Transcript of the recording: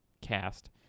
cast